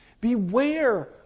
Beware